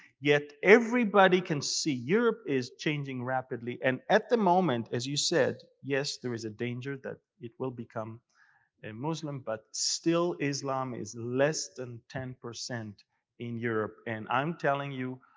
yet everybody can see europe is changing rapidly. and at the moment, as you said, yes, there is a danger that it will become and muslim. but still, islam is less than ten percent in europe. and i'm telling you,